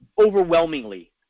overwhelmingly